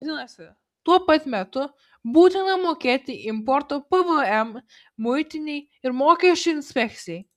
vadinasi tuo pat metu būtina mokėti importo pvm muitinei ir mokesčių inspekcijai